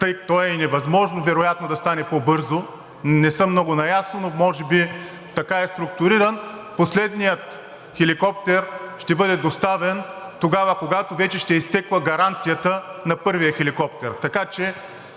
то е и невъзможно вероятно да стане по-бързо, не съм много наясно, но може би така е структуриран, последният хеликоптер ще бъде доставен тогава, когато вече ще е изтекла гаранцията на първия хеликоптер,